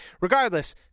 regardless